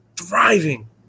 Thriving